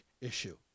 issue